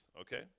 okay